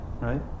right